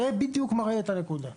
זה בדיוק מראה את הנקודה.